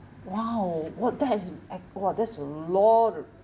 !wow! !wah! that is ac~ !wah! that's a lot of